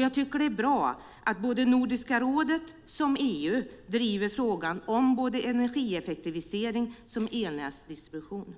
Jag tycker att det är bra att både Nordiska rådet och EU driver frågan om energieffektivisering och elnätsdistribution.